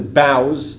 bows